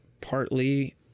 partly